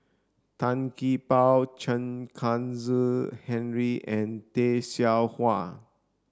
Tan Gee Paw Chen Kezhan Henri and Tay Seow Huah